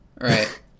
Right